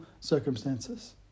circumstances